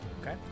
Okay